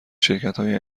شرکتهای